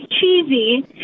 cheesy